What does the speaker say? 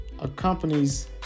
accompanies